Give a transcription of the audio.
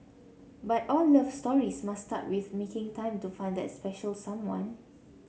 but all love stories must start with making time to find that special someone